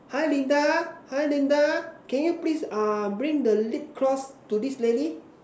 hi Linda hi Linda can you please uh bring the lip gloss to this lady